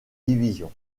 division